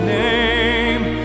name